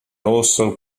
also